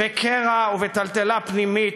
בקרע ובטלטלה פנימית,